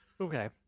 Okay